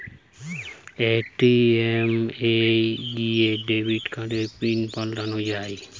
ATM এ গিয়ে debit কার্ডের পিন পাল্টানো যায়